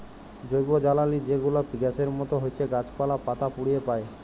জৈবজ্বালালি যে গুলা গ্যাসের মত হছ্যে গাছপালা, পাতা পুড়িয়ে পায়